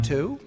Two